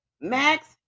Max